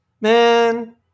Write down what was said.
Man